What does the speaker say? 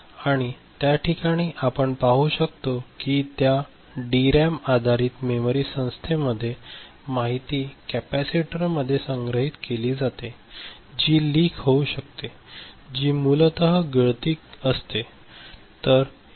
आणि त्याठिकाणी आपण पाहू शकतो की त्या डीआरएएम आधारित मेमरी संस्थेमध्ये माहिती कॅपेसिटरमध्ये संग्रहित केली जाते जी लीक होऊ शकते जी मूलत गळती असते